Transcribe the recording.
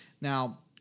now